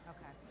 Okay